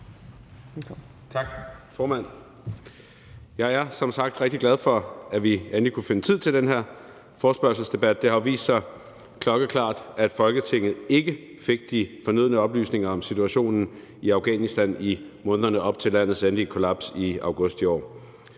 Tak, formand. Jeg er som sagt rigtig glad for, at vi endelig kunne finde tid til den her forespørgselsdebat. Det har jo vist sig klokkeklart, at Folketinget ikke fik de fornødne oplysninger om situationen i Afghanistan i månederne op til landets endelige kollaps i august i år.